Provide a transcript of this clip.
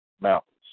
mountains